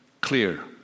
clear